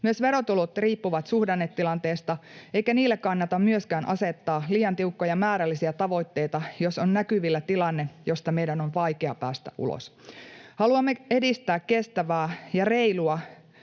Myös verotulot riippuvat suhdannetilanteesta, eikä myöskään niille kannata asettaa liian tiukkoja määrällisiä tavoitteita, jos on näkyvillä tilanne, josta meidän on vaikea päästä ulos. Haluamme edistää kestävää ja reilua